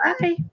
Bye